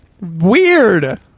Weird